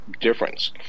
difference